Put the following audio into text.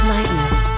Lightness